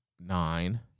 nine